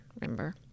Remember